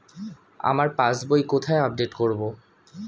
আমার passbook কোথায় update করব?